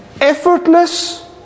effortless